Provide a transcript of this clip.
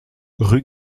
rue